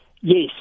Yes